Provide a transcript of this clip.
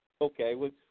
Okay